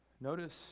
Notice